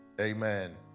amen